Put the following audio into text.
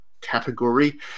category